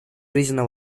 жизненно